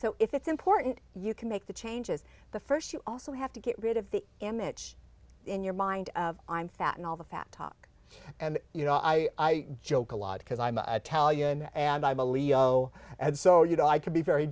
so if it's important you can make the changes the first you also have to get rid of the image in your mind of i'm fat and all the fat talk you know i joke a lot because i'm a tell you and i believe so and so you know i could be very